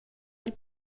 del